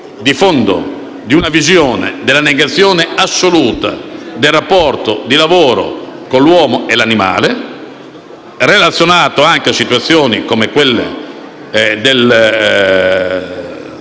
di fondo di una visione della negazione assoluta del rapporto di lavoro dell'uomo con l'animale, in relazione anche a situazioni che riguardano